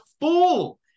fool